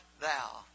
Thou